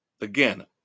Again